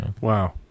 Wow